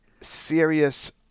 serious